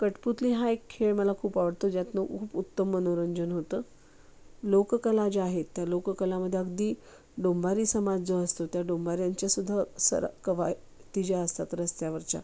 कठपुतली हा एक खेळ मला खूप आवडतो ज्यातून खूप उत्तम मनोरंजन होतं लोककला ज्या आहेत त्या लोककलामध्ये अगदी डोंबारी समाज जो असतो त्या डोंबऱ्याच्या सुद्धा सरा कवायती ज्या असतात रस्त्यावरच्या